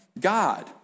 God